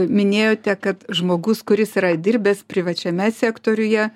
minėjote kad žmogus kuris yra dirbęs privačiame sektoriuje